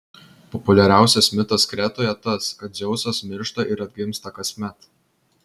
populiariausias mitas kretoje tas kad dzeusas miršta ir atgimsta kasmet